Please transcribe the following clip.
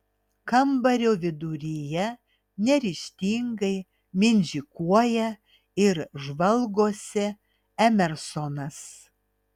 kambario viduryje neryžtingai mindžikuoja ir žvalgosi emersonas